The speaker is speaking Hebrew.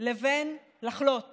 לבין לחלות